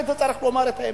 צריך גם לומר את האמת.